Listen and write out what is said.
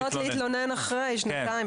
מתלוננות יכולות להתלונן לפעמים אחרי שנתיים,